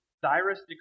Cyrus